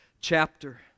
chapter